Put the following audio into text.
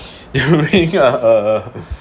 during a